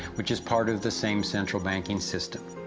which is part of the same central banking system.